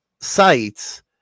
sites